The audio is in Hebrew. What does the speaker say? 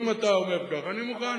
אם אתה אומר כך, אני מוכן.